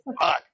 fuck